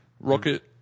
Rocket